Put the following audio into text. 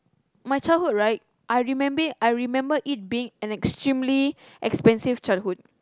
my childhood right I remember I remember it being an extremely expensive childhood